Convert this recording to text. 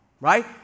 right